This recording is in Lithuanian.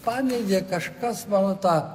paneigė kažkas mano tą